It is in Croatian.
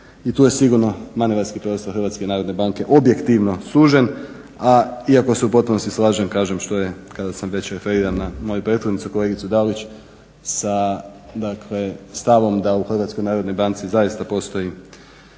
i tu je sigurno manevarski prostor HNB-a objektivno sužen. A iako se u potpunosti slažem kažem što je kada se već referiram na moju prethodnicu kolegicu Dalić sa stavom da u HNB-u zaista postoji